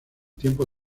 tiempo